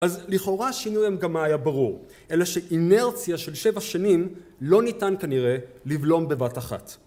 אז לכאורה שינוייהם גם היה ברור, אלא שאינרציה של שבע שנים לא ניתן, כנראה, לבלום בבת אחת.